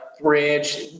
bridge